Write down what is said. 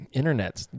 internets